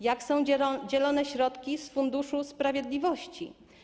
Jak są dzielone środki z Funduszu Sprawiedliwości?